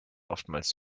oftmals